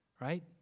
Right